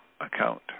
account